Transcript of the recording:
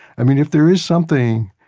i mean, if there is something